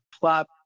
plop